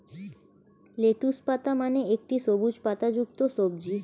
lettuce পাতা মানে একটি সবুজ পাতাযুক্ত সবজি